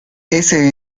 ese